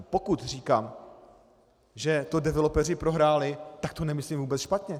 pokud říkám, že to developeři prohráli, tak to nemyslím vůbec špatně.